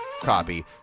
copy